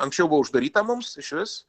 anksčiau buvo uždaryta mums išvis